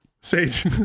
Sage